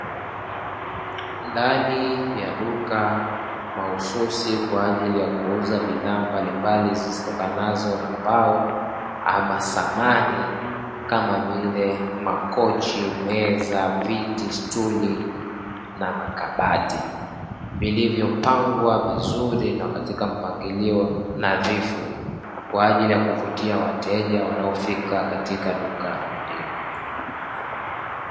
Ndani ya duka mahususi kwa ajili ya kuuza bidhaa mbalimbali zitokanazo na mbao ama samani kama vile: makochi, meza, viti, stuli na makabati; vilivyopangwa vizuri na katika mpangilio nadhifu kwa ajili ya kuvutia wateja wanaofika katika duka hilo.